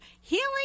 healing